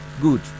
good